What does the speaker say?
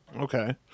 Okay